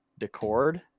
Decord